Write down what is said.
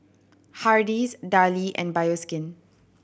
Hardy's Darlie and Bioskin